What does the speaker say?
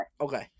Okay